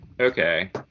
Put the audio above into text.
Okay